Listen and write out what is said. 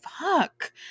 fuck